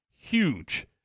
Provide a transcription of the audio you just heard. Huge